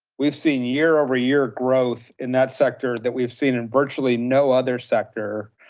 we've seen year over year growth in that sector that we've seen in virtually no other sector,